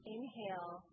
Inhale